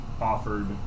offered